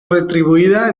retribuïda